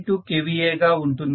2 kVA గా ఉంటుంది